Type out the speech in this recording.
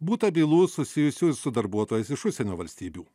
būta bylų susijusių ir su darbuotojais iš užsienio valstybių